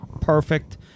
perfect